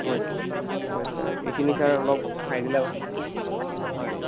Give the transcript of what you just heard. হয় ছাৰ হয় ছাৰ এইখিনি ছাৰ অলপ চাই দিলে হয়